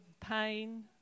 pain